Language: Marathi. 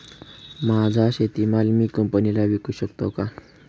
माझा शेतीमाल मी कंपनीला विकू शकतो का?